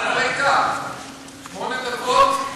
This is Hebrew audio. לא שתי דקות.